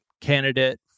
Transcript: candidate